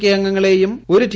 K അംഗങ്ങളേയും ഒരു T